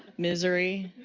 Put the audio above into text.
misery?